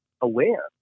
aware